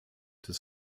des